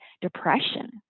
depression